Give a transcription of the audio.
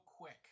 quick